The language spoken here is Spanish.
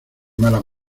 mala